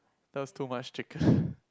that was too much chicken